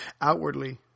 Outwardly